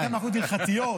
אז היו מחלוקות הלכתיות.